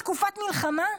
בתקופת מלחמה?